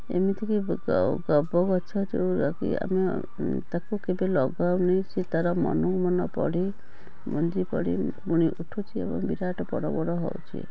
ଏମିତିକି ଗବ୍ ଗବଗଛ ଯେଉଁଟାକି ଆମେ ତାକୁ କେବେ ଲଗାଉନି ସେ ତାର ମନକୁ ମନ ପଡ଼ି ମଞ୍ଜି ପଡ଼ି ଫୁଣି ଉଠୁଛି ଏବଂ ବିରାଟ ବଡ଼ବଡ଼ ହେଉଛି